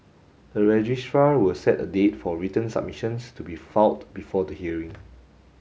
the registrar will set a date for written submissions to be filed before the hearing